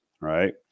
right